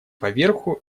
поверху